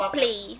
play